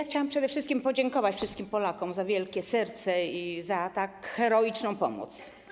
Chciałam przede wszystkim podziękować wszystkim Polakom za wielkie serce i za tak heroiczną pomoc.